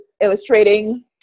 illustrating